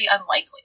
unlikely